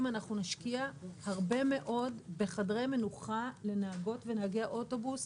נשקיע הרבה מאוד בחדרי מנוחה לנהגות ונהגי אוטובוס,